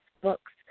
books